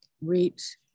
reach